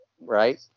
right